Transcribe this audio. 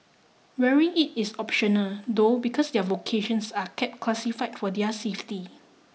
wearing it is optional though because their vocations are kept classified for their safety